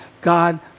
God